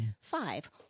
five